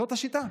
זאת השיטה.